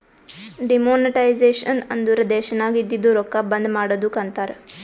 demonetisation ಅಂದುರ್ ದೇಶನಾಗ್ ಇದ್ದಿದು ರೊಕ್ಕಾ ಬಂದ್ ಮಾಡದ್ದುಕ್ ಅಂತಾರ್